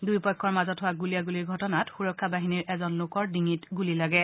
দুয়ো পক্ষৰ মাজত হোৱা গুলীয়াণ্ডলীৰ ঘটনাত সুৰক্ষা বাহিনীৰ এজন লোকৰ ডিঙিত গুলী লাগে